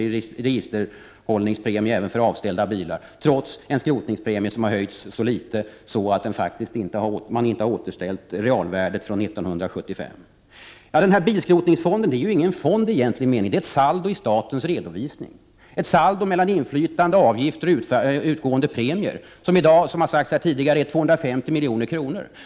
i registerhållningspremie även för avställda bilar och trots en skrotningspremie som har höjts så litet att realvärdet från 1975 inte har återställts. Bilskrotningsfonden är inte någon fond i egentlig mening, utan den utgörs av ett saldo i statens redovisning, ett saldo mellan inflytande avgifter och utgående premier. I dag är detta saldo, vilket har sagts här tidigare, 250 milj.kr.